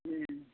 हूँ